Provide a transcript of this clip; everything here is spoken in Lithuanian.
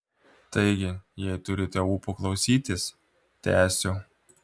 taigi jei turite ūpo klausytis tęsiu